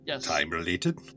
time-related